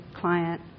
client